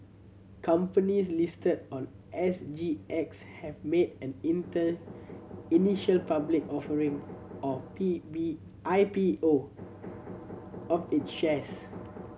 companies listed on S G X have made an interns initial public offering or P B I P O of its shares